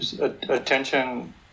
attention